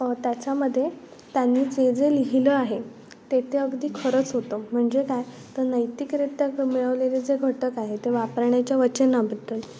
त्याच्यामध्ये त्यांनी जे जे लिहिलं आहे ते ते अगदी खरंच होतं म्हणजे काय तर नैतिकरित्या मिळवलेले जे घटक आहे ते वापरण्याच्या वचनाबद्दल